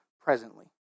presently